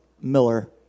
Miller